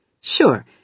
Sure